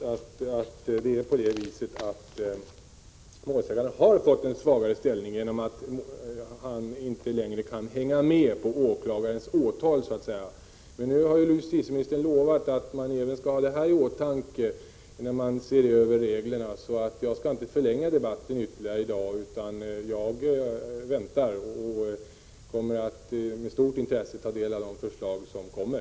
Jag hävdar mycket bestämt att målsäganden fått en svagare ställning genom att han inte längre kan ”hänga med” på åklagarens åtal. Men nu har justitiemi inverkan på brottsoffrens rättsliga ställning nistern lovat att man skall ha även detta i åtanke när man ser över reglerna. Jag skall därför i dag inte ytterligare förlänga debatten, utan jag väntar och kommer med stort intresse att ta del av de förslag som kommer.